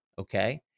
Okay